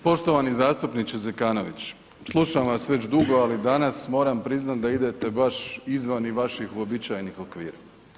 Poštovani zastupniče Zekanović, slušam vas već dugo ali danas moram priznati da idete baš izvan i vaših uobičajenih okvira.